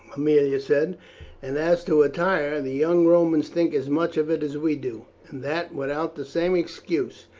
aemilia said and as to attire, the young romans think as much of it as we do, and that without the same excuse,